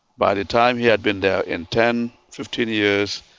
by the time he had been there in ten, fifteen years,